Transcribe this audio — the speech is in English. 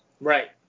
Right